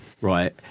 right